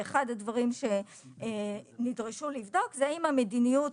ואחד הדברים שנדרשו לבדוק הוא האם המדיניות